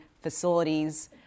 facilities